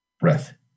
breath